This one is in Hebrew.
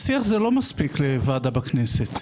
שיח לא מספיק לוועדה בכנסת.